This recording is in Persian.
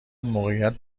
موقعیت